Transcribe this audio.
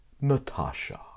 Natasha